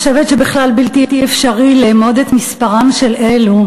אני חושבת שבכלל בלתי אפשרי לאמוד את מספרם של אלו